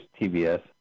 TBS